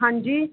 ਹਾਂਜੀ